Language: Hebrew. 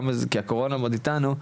כי הקורונה עוד איתנו,